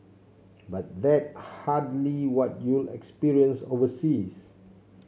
but that's hardly what you'll experience overseas